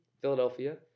Philadelphia